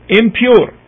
impure